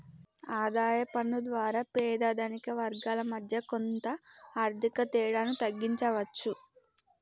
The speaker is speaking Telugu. ఆదాయ పన్ను ద్వారా పేద ధనిక వర్గాల మధ్య కొంత ఆర్థిక తేడాను తగ్గించవచ్చు